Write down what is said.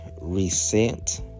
reset